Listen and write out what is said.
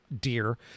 dear